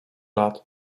lat